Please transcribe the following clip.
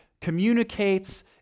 communicates